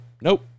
nope